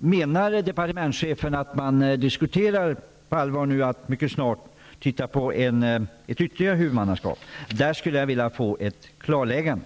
Menar departementschefen att man nu på allvar diskuterar en ytterligare förändring av huvudmannaskapet mycket snart? På den punkten skulle jag vilja ha ett klarläggande.